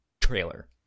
trailer